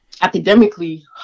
Academically